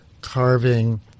carving